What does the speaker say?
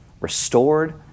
restored